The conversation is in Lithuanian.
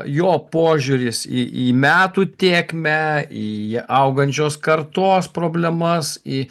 jo požiūris į į metų tėkmę į augančios kartos problemas į